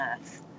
earth